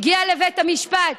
הגיע לבית המשפט,